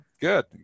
good